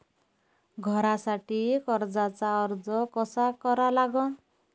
घरासाठी कर्जाचा अर्ज कसा करा लागन?